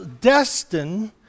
destined